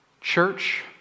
Church